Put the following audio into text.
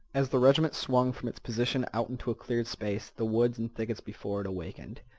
as the regiment swung from its position out into a cleared space the woods and thickets before it awakened.